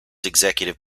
executive